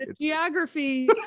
Geography